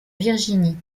virginie